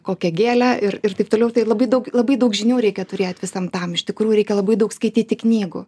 kokią gėlę ir ir taip toliau ir tai labai daug labai daug žinių reikia turėt visam tam iš tikrųjų reikia labai daug skaityti knygų